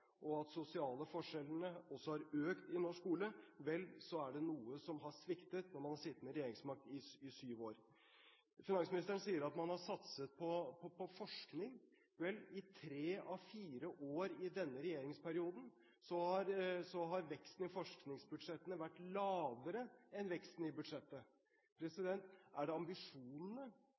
at de sosiale forskjellene også har økt i norsk skole, er det noe som har sviktet når man har sittet med regjeringsmakt i syv år. Finansministeren sier at man har satset på forskning. Vel, i tre av fire år i denne regjeringsperioden har veksten i forskningsbudsjettene vært lavere enn veksten i budsjettet. Er det ambisjonene